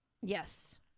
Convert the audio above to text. Yes